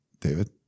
David